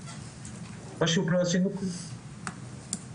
פשוט לא עשינו כלום,